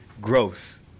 Gross